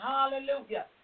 Hallelujah